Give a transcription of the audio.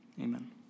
Amen